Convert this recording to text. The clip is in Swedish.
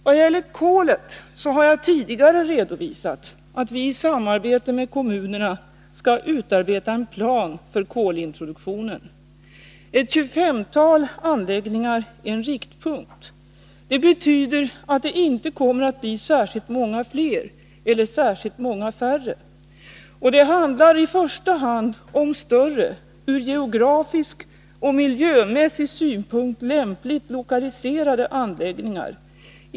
Vad gäller kolet har jag tidigare redovisat att vi i samarbete med kommunerna skall utarbeta en plan för kolintroduktionen. Ett 25-tal anläggningar är en riktpunkt. Det betyder att det inte kommer att bli särskilt många fler eller särskilt många färre. Och det handlar i första hand om större, från geografisk och miljösynpunkt lämpligt lokaliserade anläggningar.